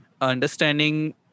understanding